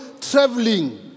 traveling